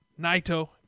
Naito